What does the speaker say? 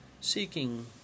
seeking